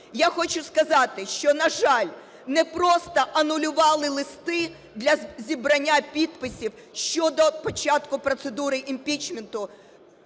Я хочу сказати, що, на жаль, не просто анулювали листи для зібрання підписів щодо початку процедури імпічменту